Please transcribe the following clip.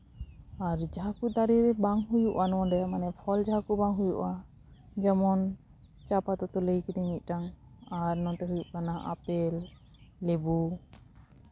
ᱟᱨ ᱡᱟᱦᱟᱸ ᱠᱚ ᱫᱟᱨᱮ ᱵᱟᱝ ᱦᱩᱭᱩᱜᱼᱟ ᱱᱚᱸᱰᱮ ᱢᱟᱱᱮ ᱯᱷᱚᱞ ᱡᱟᱦᱟᱸ ᱠᱚ ᱵᱟᱝ ᱦᱩᱭᱩᱜᱼᱟ ᱡᱮᱢᱚᱱ ᱪᱟ ᱯᱟᱛᱟ ᱫᱚ ᱞᱟᱹᱭ ᱠᱤᱫᱟᱹᱧ ᱢᱤᱫᱴᱟᱱ ᱟᱨ ᱱᱚᱛᱮ ᱦᱩᱭᱩᱜ ᱠᱟᱱᱟ ᱟᱯᱮᱞ ᱞᱮᱵᱩ